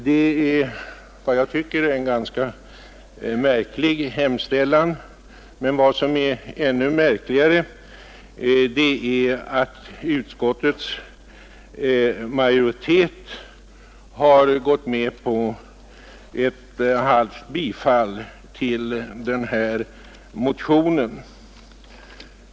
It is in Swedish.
Det är, efter vad jag tycker, en ganska märklig hemställan. Men vad som är ännu märkligare är att utskottets majoritet har gått med på ett halvt bifall till denna motion.